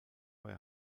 bei